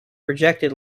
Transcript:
rejected